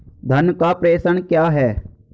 धन का प्रेषण क्या है?